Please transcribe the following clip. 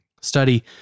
study